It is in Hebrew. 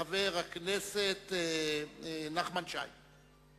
אחריו, חבר הכנסת נחמן שי.